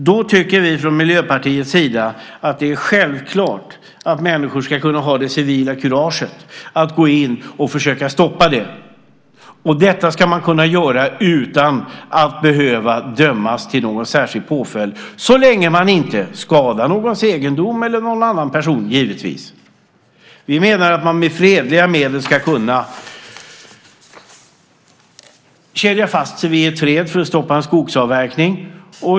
Då tycker vi från Miljöpartiets sida att det är självklart att människor ska kunna ha det civila kuraget att gå in och försöka stoppa det. Detta ska man kunna göra utan att behöva dömas till någon särskild påföljd, givetvis så länge man inte skadar någons egendom eller någon annan person. Vi menar att man med fredliga medel ska kunna kedja fast sig vid ett träd för att stoppa en skogsavverkning.